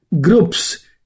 groups